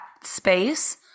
space